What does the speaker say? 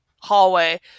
hallway